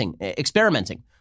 experimenting